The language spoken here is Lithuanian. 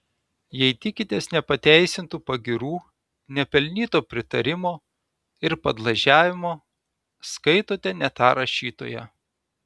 jei tikitės nepateisintų pagyrų nepelnyto pritarimo ir padlaižiavimo skaitote ne tą rašytoją